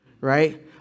right